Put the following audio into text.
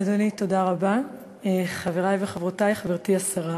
אדוני, תודה רבה, חברי וחברותי, חברתי השרה,